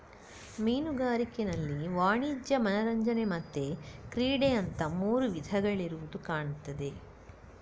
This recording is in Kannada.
ಮೀನುಗಾರಿಕೆನಲ್ಲಿ ವಾಣಿಜ್ಯ, ಮನರಂಜನೆ ಮತ್ತೆ ಕ್ರೀಡೆ ಅಂತ ಮೂರು ವಿಧಗಳಿರುದು ಕಾಣ್ತದೆ